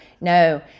no